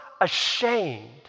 ashamed